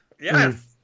Yes